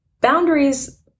Boundaries